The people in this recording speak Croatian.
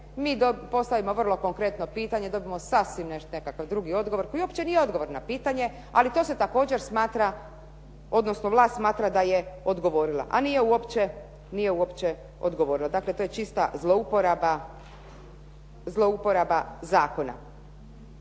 mi postavimo vrlo konkretno pitanje, dobijemo sasvim nekakav drugi odgovor koji uopće nije odgovor na pitanje, ali to se također smatra, odnosno vlast smatra da je odgovorila, a nije uopće odgovorila. Dakle, to je čista zlouporaba zakona.